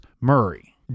Murray